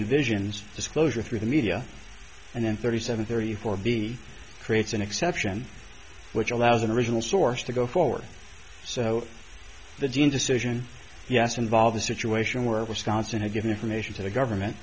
envisions disclosure through the media and then thirty seven thirty four b creates an exception which allows an original source to go forward so the dean decision yes involve the situation where response and i give information to the government